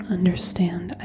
Understand